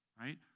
right